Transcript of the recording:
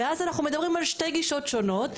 ואז אנחנו מדברים על שתי גישות שונות,